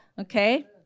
okay